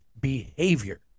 behavior